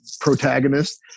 protagonist